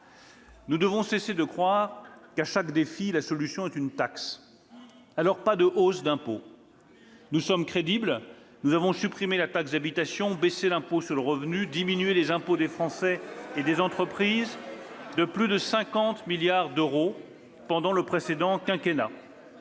Nous devons cesser de croire que, face à chaque défi, la solution consiste à créer une taxe. Aussi, pas de hausses d'impôts !« Nous sommes crédibles. Nous avons supprimé la taxe d'habitation et baissé le montant de l'impôt sur le revenu. Nous avons diminué les impôts des Français et des entreprises de plus de 50 milliards d'euros pendant le précédent quinquennat.